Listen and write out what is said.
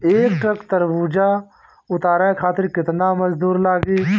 एक ट्रक तरबूजा उतारे खातीर कितना मजदुर लागी?